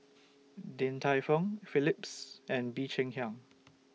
Din Tai Fung Phillips and Bee Cheng Hiang